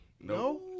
No